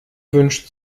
wünscht